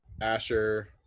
Asher